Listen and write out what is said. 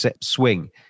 swing